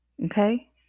Okay